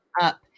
up